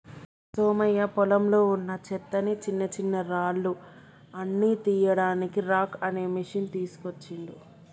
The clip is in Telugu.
సోమయ్య పొలంలో వున్నా చెత్తని చిన్నచిన్నరాళ్లు అన్ని తీయడానికి రాక్ అనే మెషిన్ తీస్కోచిండు